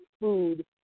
food